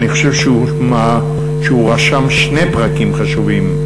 אני חושב שהוא רשם שני פרקים חשובים,